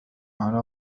على